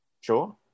Sure